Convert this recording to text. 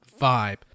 vibe